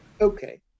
Okay